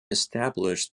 established